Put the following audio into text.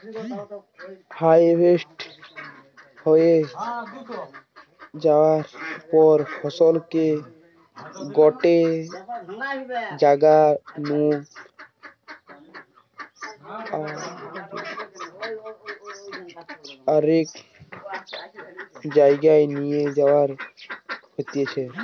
harvest হয়ে যায়ার পর ফসলকে গটে জাগা নু আরেক জায়গায় নিয়ে যাওয়া হতিছে